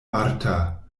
marta